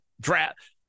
draft